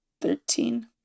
Thirteen